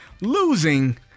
losing